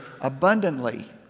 abundantly